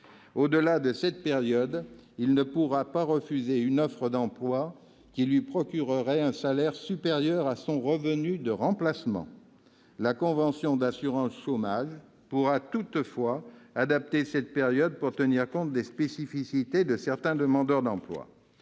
Au-delà de cette période, il ne pourra pas refuser une offre d'emploi qui lui procurerait un salaire supérieur à son revenu de remplacement. La convention d'assurance chômage pourra toutefois adapter cette période pour tenir compte des spécificités de certains demandeurs d'emploi.